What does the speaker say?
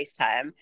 FaceTime